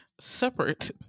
separate